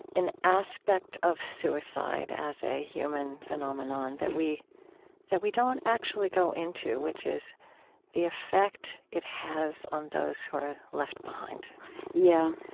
an aspect of suicide as a human phenomenon that we that we don't actually go into, which is the effect it has on those who are left behind yeah